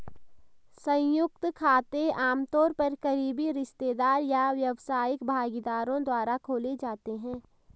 संयुक्त खाते आमतौर पर करीबी रिश्तेदार या व्यावसायिक भागीदारों द्वारा खोले जाते हैं